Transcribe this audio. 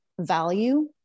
value